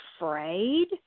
afraid